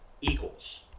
equals